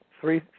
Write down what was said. three